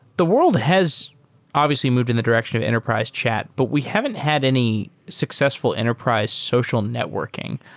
the world has obviously moved in the direction of enterprise chat, but we haven't had any successful enterprise social networking.